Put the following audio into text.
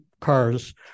cars